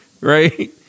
right